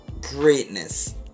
greatness